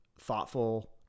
thoughtful